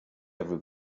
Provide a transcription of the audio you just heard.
every